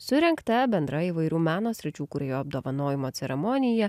surengta bendra įvairių meno sričių kūrėjų apdovanojimo ceremonija